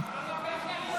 נעבור